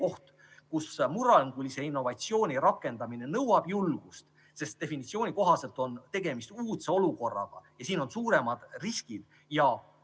koht, kus murrangulise innovatsiooni rakendamine nõuab julgust, sest definitsiooni kohaselt on tegemist uudse olukorraga ja sellega kaasnevad suuremad riskid. Ma